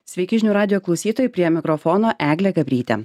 sveiki žinių radijo klausytojai prie mikrofono eglė gabrytė